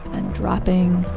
and dropping,